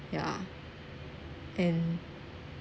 ya and